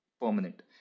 permanent